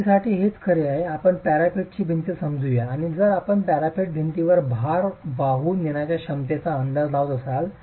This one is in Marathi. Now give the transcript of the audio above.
भिंतीसाठी हेच खरे आहे आपण पॅरापेटची भिंत समजू या आणि जर आपण पॅरापेट भिंतीवरील भार वाहून नेण्याच्या क्षमतेचा अंदाज लावत असाल